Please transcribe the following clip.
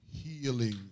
Healing